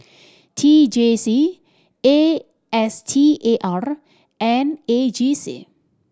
T J C A S T A R and A G C